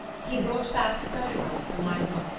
he brought back the phonograph from my room,